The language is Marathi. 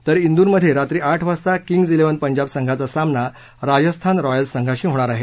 तर इंद्रमध्ये रात्री आठ वाजता किंग्ज इलेव्हन पंजाब संघाचा सामना राजस्थान रॉयल्स संघाशी होणार आहे